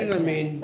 and i mean.